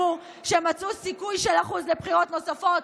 שחשבו שהם מצאו סיכוי של אחוז אחד לבחירות נוספות?